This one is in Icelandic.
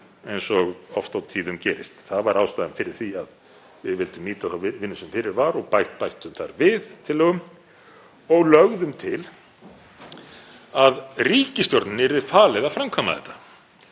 gerist oft á tíðum. Það var ástæðan fyrir því að við vildum nýta þá vinnu sem fyrir var og bættum þar við tillögum og lögðum til að ríkisstjórninni yrði falið að framkvæma þetta.